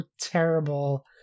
terrible